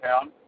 town